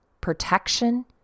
protection